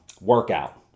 workout